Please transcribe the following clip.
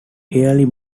healy